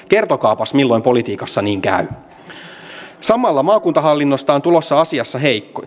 kertokaapas milloin politiikassa niin käy samalla maakuntahallinnosta on tulossa heikko